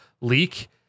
leak